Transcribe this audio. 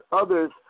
others